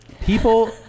People